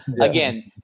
Again